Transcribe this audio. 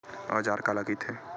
औजार काला कइथे?